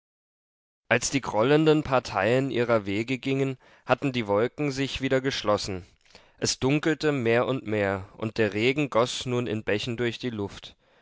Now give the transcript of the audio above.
als die grollenden parteien ihrer wege gingen hatten die wolken sich wieder geschlossen es dunkelte mehr und mehr und der regen goß nun in bächen durch die luft